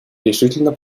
решительно